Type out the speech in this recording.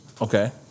Okay